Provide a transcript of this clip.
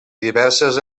diverses